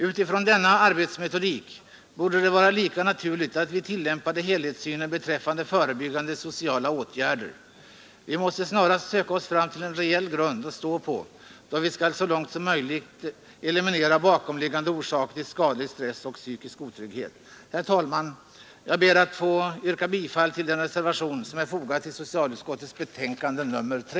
Utifrån denna arbetsmetodik borde det vara lika naturligt att vi tillämpade helhetssynen beträffande förebyggande sociala åtgärder. Vi måste snarast söka oss fram till en reell grund att stå på då vi skall så långt möjligt eliminera bakomliggande orsaker till skadlig stress och psykisk otrygghet. Herr talman! Jag ber att få yrka bifall till den reservation som är fogad vid socialutskottets betänkande nr 3.